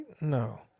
No